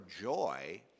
joy